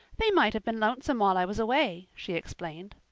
they might have been lonesome while i was away, she explained.